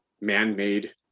man-made